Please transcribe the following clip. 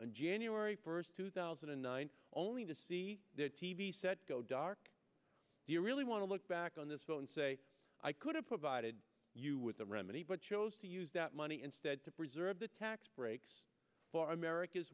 and january first two thousand and nine only to see their t v sets go dark do you really want to look back on this vote and say i could have provided you with a remedy but chose to use that money instead to preserve the tax breaks for america's